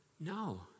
no